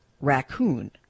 raccoon